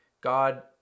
God